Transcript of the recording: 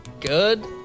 Good